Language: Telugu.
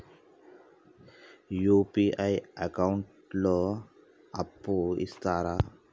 యూ.పీ.ఐ అకౌంట్ లో అప్పు ఇస్తరా?